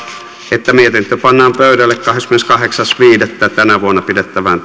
että mietintö pannaan pöydälle kahdeskymmeneskahdeksas viidettä kaksituhattaviisitoista pidettävään